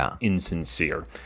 insincere